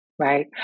Right